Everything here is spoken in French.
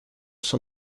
son